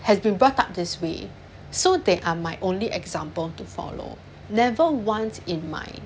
has been brought up this way so they are my only example to follow never once in my